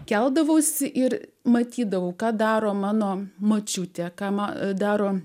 keldavausi ir matydavau ką daro mano močiutė ką ma daro